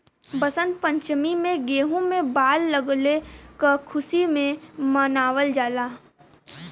वसंत पंचमी में गेंहू में बाल लगले क खुशी में मनावल जाला